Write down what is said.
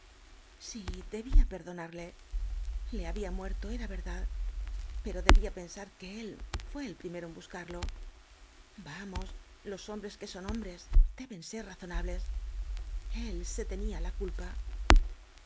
sí debía perdonarle le había muerto era verdad pero debía pensar que él fué el prime ro en buscarlo vamos los hombres que son hombres deben ser razonables el se tenía la culpa